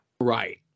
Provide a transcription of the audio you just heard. Right